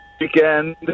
Weekend